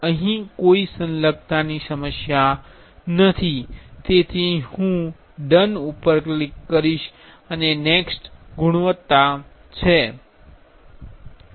અહીં કોઈ સંલગ્નતાની સમસ્યા નથી તેથી હું ડન પર ક્લિક કરીશ અને નેક્સ્ટ ગુણવત્તા છે